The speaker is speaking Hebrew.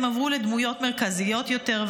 הם עברו לדמויות מרכזיות יותר,